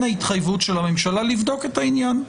ההתחייבות של הממשלה לבדוק את העניין.